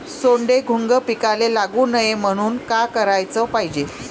सोंडे, घुंग पिकाले लागू नये म्हनून का कराच पायजे?